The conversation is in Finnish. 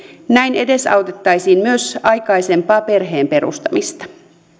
näin edesautettaisiin myös aikaisempaa perheen perustamista